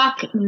fuck